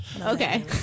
Okay